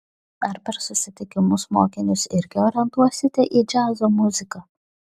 ar per susitikimus mokinius irgi orientuosite į džiazo muziką